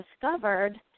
discovered